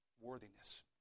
worthiness